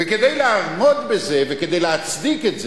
וכדי לעמוד בזה, וכדי להצדיק את זה,